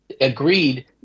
agreed